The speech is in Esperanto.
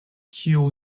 kiu